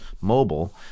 mobile